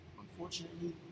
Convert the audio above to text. unfortunately